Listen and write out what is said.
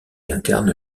incarne